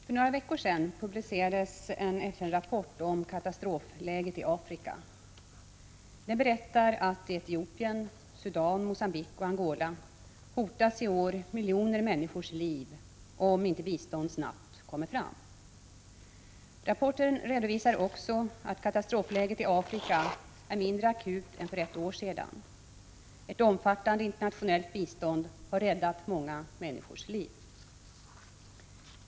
Fru talman! För några veckor sedan publicerades en FN-rapport om katastrofläget i Afrika. Den berättar att miljoner människors liv i Etiopien, Sudan, Mogambique och Angola hotas i år om inte bistånd snabbt kommer fram. Rapporten redovisar också att katastrofläget i Afrika är mindre akut än för ett år sedan. Ett omfattande internationellt bistånd har räddat många människors liv.